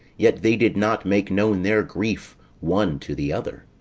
yet they did not make known their grief one to the other.